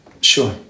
Sure